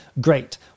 Great